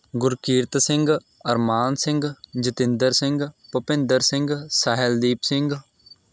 Gurkirat Singh Armaan Singh Jatinder Singh Bhupinder Singh Sahildeep Singh